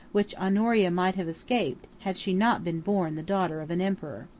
which honoria might have escaped, had she not been born the daughter of an emperor.